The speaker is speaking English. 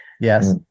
Yes